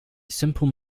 simple